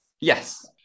Yes